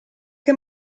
che